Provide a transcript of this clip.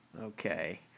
Okay